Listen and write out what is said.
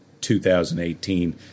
2018